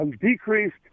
decreased